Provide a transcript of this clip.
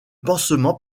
pansement